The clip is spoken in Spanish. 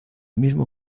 mismo